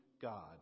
God